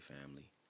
family